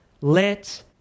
Let